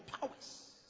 powers